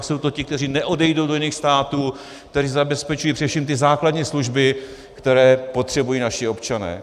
Jsou to ti, kteří neodejdou do jiných států, kteří zabezpečují především ty základní služby, které potřebují naši občané.